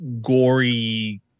gory